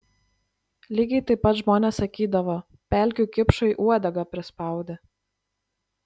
lygiai taip pat žmonės sakydavo pelkių kipšui uodegą prispaudė